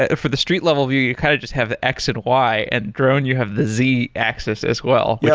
ah for the street level view, you kind of just have x and y, and drone you have the z axis as well, yeah